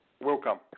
Welcome